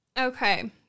Okay